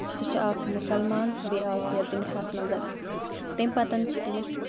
سُہ چھُ اکھ مُسلمان بیٚیہِ آو سُہ یَتھ دُنیاہَس منٛز تمہِ پَتہٕ چھِ تٔمِس